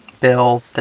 bill